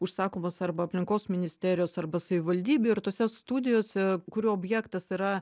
užsakomos arba aplinkos ministerijos arba savivaldybių ir tose studijose kurių objektas yra